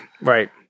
Right